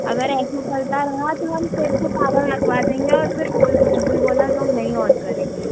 अगर ऐसे चलता रहा तो हम फिर से ताला लगवा देंगे और फिर कोई कुछ भी बोलेगा हम नहीं ऑन करेंगे